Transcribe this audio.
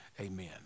amen